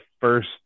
first